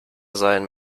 seien